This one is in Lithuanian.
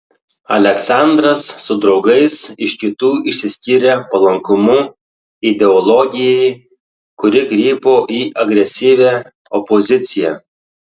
aleksandras su draugais iš kitų išsiskyrė palankumu ideologijai kuri krypo į agresyvią opoziciją